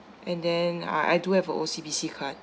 and then I I do have a O_C_B_C card